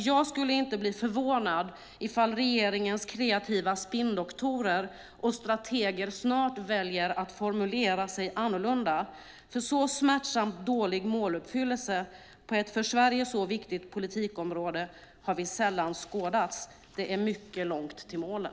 Jag skulle inte bli förvånad i fall regeringens kreativa spinndoktorer och strateger snart väljer att formulera sig annorlunda, för så smärtsamt dålig måluppfyllelse på ett för Sverige så viktigt politikområde har vi sällan skådat. Det är mycket långt till målen.